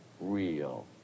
real